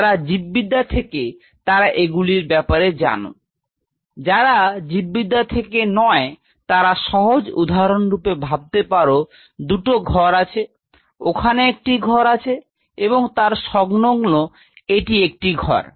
যারা জীববিদ্যা থেকে তারা এগুলির বাপারে জানো যারা জীববিদ্যা থেকে নয় তারা সহজ উদাহরণ রুপে ভাবতে পার দুটো ঘর আছে ওখানে একটি ঘর আছে এবং তার সংলগ্ন এটি একটি ঘর